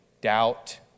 doubt